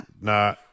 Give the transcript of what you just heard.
Nah